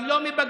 גם לא מבג"ץ.